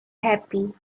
happy